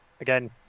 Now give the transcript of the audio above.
again